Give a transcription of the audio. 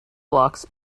blocks